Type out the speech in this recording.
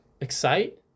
Excite